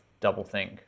doublethink